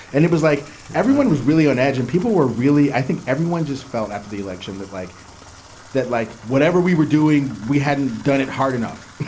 and it was like everyone was really on edge. and people were really i think everyone just felt after the election that like that, like whatever we were doing, we hadn't done it hard enough. we